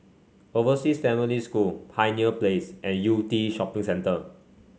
Overseas Family School Pioneer Place and Yew Tee Shopping Centre